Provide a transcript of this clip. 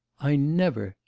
i never.